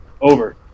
Over